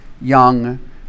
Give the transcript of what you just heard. young